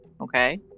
okay